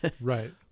right